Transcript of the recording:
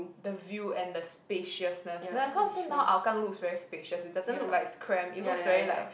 the view and the spaciousness cause Hougang looks very spacious it doesn't look like it's cramp it looks very like